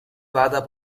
vada